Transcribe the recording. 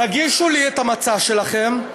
תגישו לי את המצע שלכם,